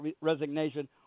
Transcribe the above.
resignation